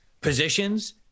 positions